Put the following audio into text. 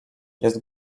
jest